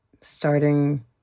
starting